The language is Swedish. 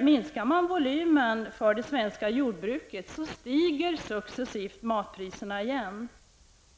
Minskar volymen för det svenska jordbruket, stiger successivt matpriserna igen.